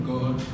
God